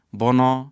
bono